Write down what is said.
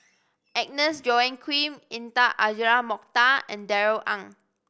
Agnes Joaquim Intan Azura Mokhtar and Darrell Ang